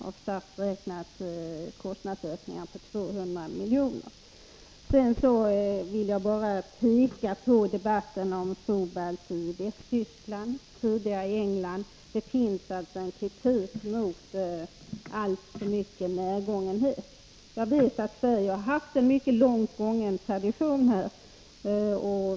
Av SAF beräknas kostnadsökningarna för ökat uppgiftslämnande till 200 milj.kr. 49 Sedan vill jag när det gäller Fobalt bara peka på den motsvarande debatt som förekommit i Västtyskland och tidigare i England. Det finns alltså en kritik mot alltför stor närgångenhet. Jag vet att Sverige har en mycket lång tradition på detta befolkningsstatistikområde.